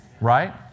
Right